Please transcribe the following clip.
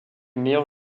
meilleurs